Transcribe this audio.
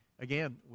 Again